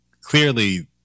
clearly